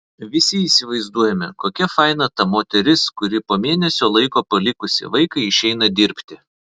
visi įsivaizduojame kokia faina ta moteris kuri po mėnesio laiko palikusi vaiką išeina dirbti